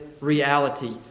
reality